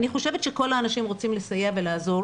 אני חושבת שכל האנשים רוצים לסייע ולעזור,